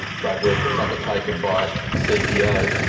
great work that's undertaken by cpo.